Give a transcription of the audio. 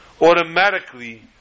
automatically